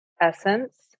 essence